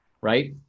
right